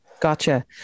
Gotcha